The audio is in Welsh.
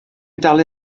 dalu